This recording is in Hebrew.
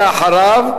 ואחריו,